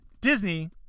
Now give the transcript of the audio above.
Disney